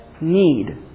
need